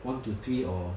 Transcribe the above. one to three or